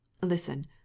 Listen